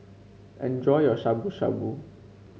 enjoy your Shabu Shabu